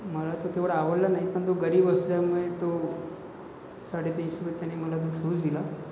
मला तो तेवढा आवडला नाही पण तो गरीब असल्यामुळे तो साडेतीनशे रुपयाने मला तो शूज दिला